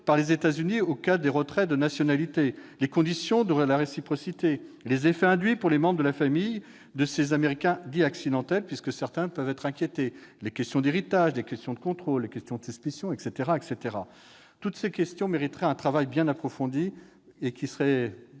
par les États-Unis en cas de retrait de nationalité, aux conditions de la réciprocité, aux effets induits pour les membres de la famille de ces Américains dits « accidentels », puisque certains peuvent être inquiétés, aux héritages, aux contrôles, à la suspicion, etc. Toutes ces questions mériteraient un travail approfondi, qui serait